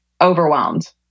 Overwhelmed